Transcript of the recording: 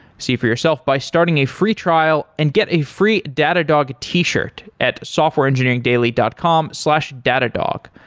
see for yourself by starting a free trial and get a free datadog t-shirt at softwareengineeringdaily dot com slash datadog.